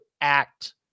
act